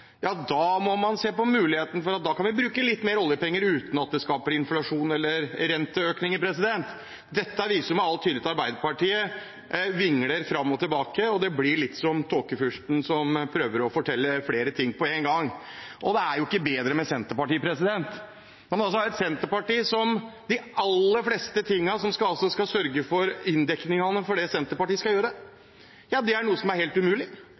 ja, da må man se på muligheten for å bruke litt mer oljepenger uten at det skaper inflasjon eller renteøkninger. Dette viser med all tydelighet at Arbeiderpartiet vingler fram og tilbake. Det blir litt som tåkefyrsten, som prøver å fortelle flere ting på en gang. Og det er ikke bedre med Senterpartiet. Det aller meste som skal sørge for inndekningen for det Senterpartiet skal gjøre, er helt umulig.